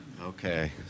Okay